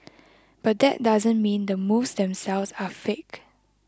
but that doesn't mean the moves themselves are fake